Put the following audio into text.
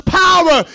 power